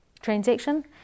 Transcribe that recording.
transaction